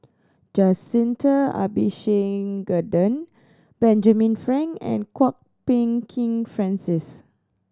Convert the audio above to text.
Jacintha Abisheganaden Benjamin Frank and Kwok Peng Kin Francis